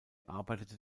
arbeitete